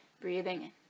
Breathing